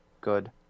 good